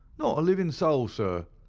not a livin' soul, sir,